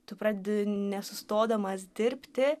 tu pradedi nesustodamas dirbti